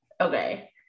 okay